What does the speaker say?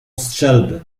strzelby